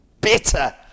bitter